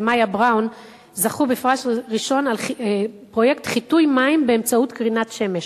ומיה בראון זכו בפרס ראשון על פרויקט חיטוי מים באמצעות קרינת שמש,